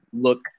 look